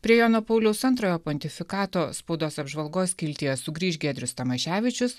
prie jono pauliaus antrojo pontifikato spaudos apžvalgos skiltyje sugrįš giedrius tamaševičius